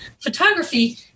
photography